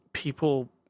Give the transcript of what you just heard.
People